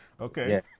Okay